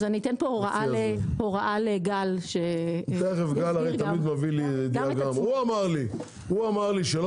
אז אני אתן פה הוראה לגל --- גל אמר לי שלא